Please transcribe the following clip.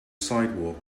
sidewalk